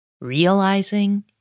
Realizing